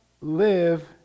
live